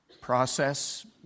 process